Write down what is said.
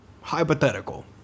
hypothetical